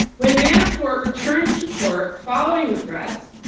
when manafort returned to court following the threats,